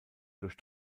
durch